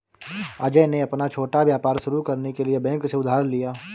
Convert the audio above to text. अजय ने अपना छोटा व्यापार शुरू करने के लिए बैंक से उधार लिया